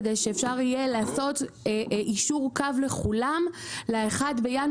כדי שאפשר יהיה לעשות יישור קו לכולם ל-1.1.25.